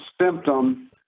symptom